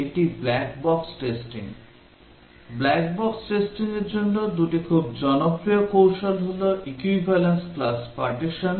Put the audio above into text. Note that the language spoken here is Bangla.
বলা হচ্ছে যে এটি black box testing black box টেস্টিংয়ের জন্য দুটি খুব জনপ্রিয় কৌশল হল equivalence class partition এবং boundary value testing